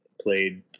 played